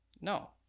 no